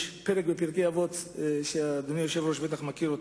יש אמרה בפרקי אבות שאדוני היושב-ראש בטח מכיר,